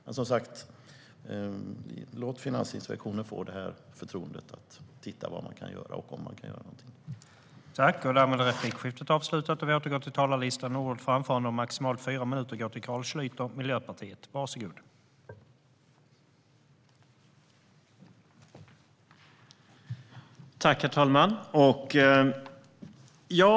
Men, som sagt, låt Finansinspektionen få förtroendet att se vad och om man kan göra något på detta område.